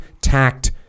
tact